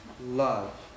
love